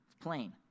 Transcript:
plain